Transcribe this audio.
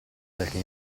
perché